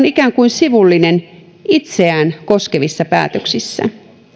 ikään kuin sivullinen itseään koskevissa päätöksissä